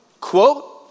quote